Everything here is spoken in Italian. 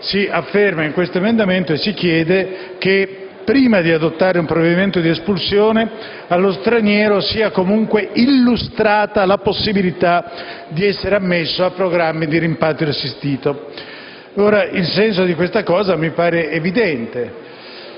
diversa. Inoltre, con l'emendamento si chiede che, prima di adottare un provvedimento di espulsione, allo straniero sia comunque illustrata la possibilità di essere ammesso a programmi di rimpatrio assistito. Il senso di questa proposta mi pare evidente.